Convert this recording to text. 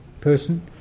person